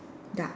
duck